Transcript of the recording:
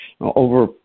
over